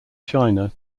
china